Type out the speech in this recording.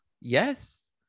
yes